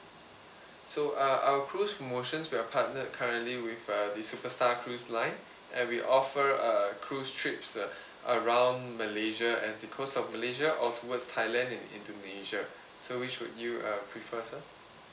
so uh our cruise promotion we are partner currently with uh the super star cruise line and we offer uh cruise trip uh around malaysia and the coast of malaysia onwards thailand and indonesia so which would you uh prefer sir